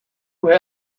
who